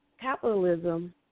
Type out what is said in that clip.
capitalism